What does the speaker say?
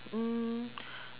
mm